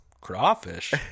crawfish